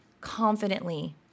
confidently